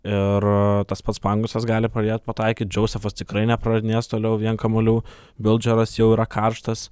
ir tas pats pangosas gali pradėt pataikyt džozefas tikrai nepraradinės toliau vien kamuolių vilčeras jau yra karštas